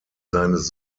seines